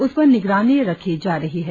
उस पर निगरानी रखी जा रही है